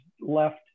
left